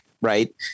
Right